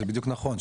זה בדיוק נכון,